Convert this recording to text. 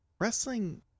Wrestling